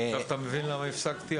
עכשיו אתה מבין למה הפסקתי.